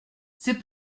c’est